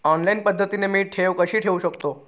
Online पद्धतीने मी ठेव कशी ठेवू शकतो?